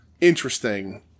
interesting